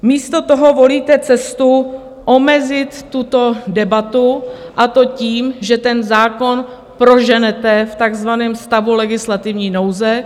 Místo toho volíte cestu omezit tuto debatu, a to tím, že ten zákon proženete v takzvaném stavu legislativní nouze.